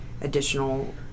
additional